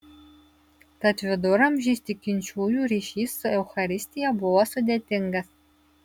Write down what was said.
tad viduramžiais tikinčiųjų ryšys su eucharistija buvo sudėtingas